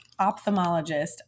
ophthalmologist